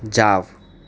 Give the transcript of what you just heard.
જાવ